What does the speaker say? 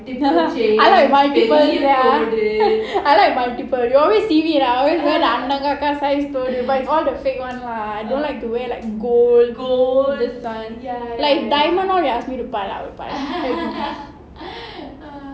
I like multiple ya I like multiple you always see me right I always தோடு:thodu but it's all the fake [one] lah I don't like to wear like gold this kind like if diamond all you ask me to பெரிய தோடு:periya thodu I will